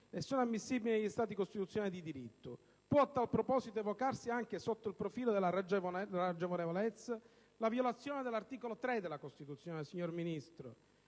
sono ammissibili negli Stati costituzionali di diritto. Può, a tal proposito, evocarsi anche sotto il profilo della ragionevolezza la violazione dell'articolo 3 della Costituzione, signor Ministro;